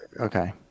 okay